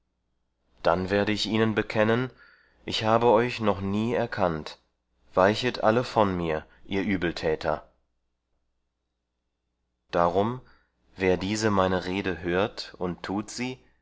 dann werde ich ihnen bekennen ich habe euch noch nie erkannt weichet alle von mir ihr übeltäter darum wer diese meine rede hört und tut sie